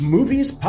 Movies